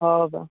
ହଉ ହଉ